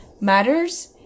matters